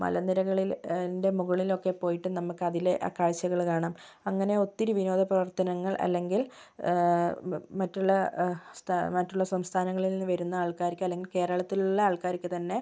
മലനിരകളിൻ്റെ മുകളിലൊക്കെ പോയിട്ട് നമുക്കതിലെ ആ കാഴ്ചകൾ കാണാം അങ്ങനെ ഒത്തിരി വിനോദ പ്രവർത്തനങ്ങൾ അല്ലെങ്കിൽ മറ്റുള്ള സ്ഥ മറ്റുള്ള സംസ്ഥാനങ്ങളിൽ നിന്ന് വരുന്ന ആൾക്കാർക്ക് അല്ലെങ്കിൽ കേരളത്തിലുള്ള ആൾക്കാർക്ക് തന്നെ